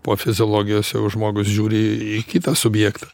po fiziologijos jau žmogus žiūri į kitą subjektą